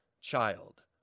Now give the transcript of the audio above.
child